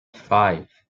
five